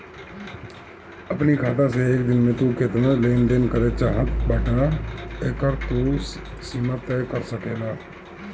अपनी खाता से एक दिन में तू केतना लेन देन करे चाहत बाटअ एकर तू सीमा तय कर सकेला